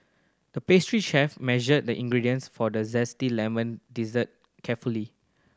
the pastry chef measured the ingredients for the zesty lemon dessert carefully